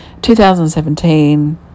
2017